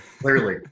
clearly